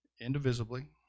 indivisibly